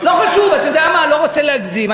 לא חשוב, אתה יודע מה, לא רוצה להגזים.